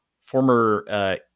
former